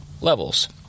levels